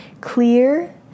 Clear